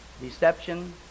deception